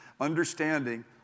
understanding